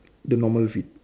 the normal fit